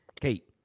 Kate